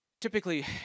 Typically